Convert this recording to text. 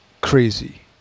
crazy